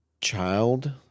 child